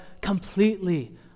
completely